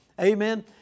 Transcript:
Amen